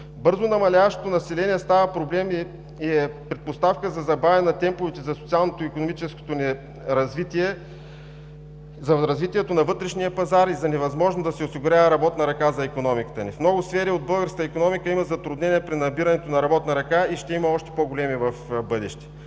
Бързо намаляващото население става проблем и е предпоставка за забавяне на темповете за социалното и икономическото ни развитие, за развитието на вътрешния пазар и за невъзможността да се осигурява работна ръка за икономиката ни. В много сфери на българската икономика има затруднения при набирането на работна ръка и ще има още по-големи в бъдеще.